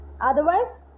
otherwise